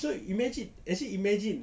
so imagine actually imagine